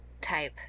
type